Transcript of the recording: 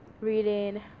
reading